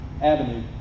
avenue